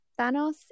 Thanos